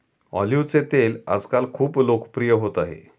ऑलिव्हचे तेल आजकाल खूप लोकप्रिय होत आहे